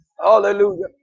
hallelujah